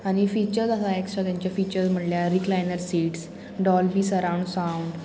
आनी फिचर्स आसा एक्स्ट्रा तेंचे फिचर्स म्हळ्यार recliner seats Dolby surround sound